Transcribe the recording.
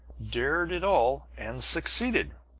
dared it all and succeeded!